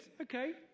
Okay